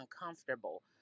uncomfortable